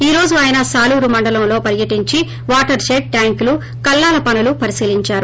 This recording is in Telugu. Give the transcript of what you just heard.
ఈ రోజు ఆయన సాలూరు మండలంలో పర్యటించి వాటర్ షెడ్ ట్యాంకులు కల్లాల పనులు పరిశీలించారు